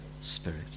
spirit